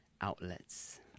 outlets